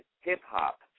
hip-hop